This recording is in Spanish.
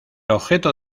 objeto